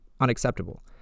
unacceptable